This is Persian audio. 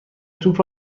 توپ